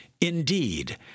Indeed